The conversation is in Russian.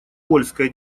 польская